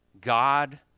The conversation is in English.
God